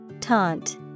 Taunt